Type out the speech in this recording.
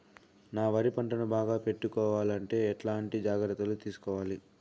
నా వరి పంటను బాగా పెట్టుకోవాలంటే ఎట్లాంటి జాగ్రత్త లు తీసుకోవాలి?